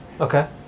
Okay